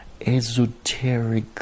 esoteric